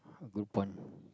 good point